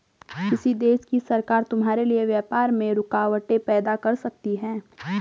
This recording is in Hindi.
किसी देश की सरकार तुम्हारे लिए व्यापार में रुकावटें पैदा कर सकती हैं